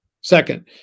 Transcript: second